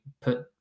put